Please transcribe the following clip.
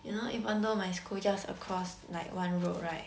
you know even though my school just across like one road right